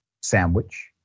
sandwich